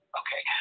okay